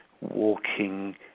walking